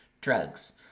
drugs